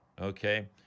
okay